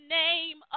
name